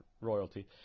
royalty